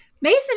Mason